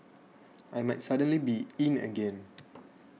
I might suddenly be in again